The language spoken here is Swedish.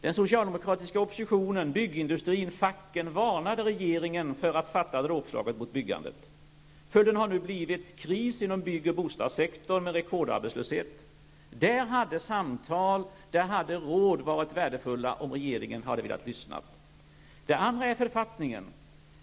Den socialdemokratiska oppositionen, byggindustrin och facken varnade regeringen för att genomföra dråpslaget mot byggandet. Detta har nu lett till en kris inom bygg och bostadssektorn, med en rekordarbetslöshet. I detta sammanhang hade samtal och råd varit värdefulla, om regeringen hade velat lyssna. Det andra exemplet gäller författningen.